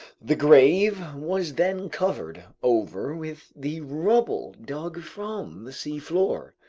the grave was then covered over with the rubble dug from the seafloor,